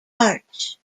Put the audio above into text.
arch